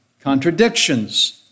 contradictions